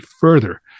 further